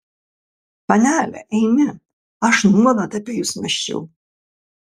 panele eime aš nuolat apie jus mąsčiau